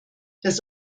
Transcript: das